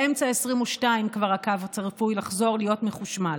באמצע 2022 הקו כבר צפוי לחזור להיות מחושמל.